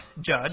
judge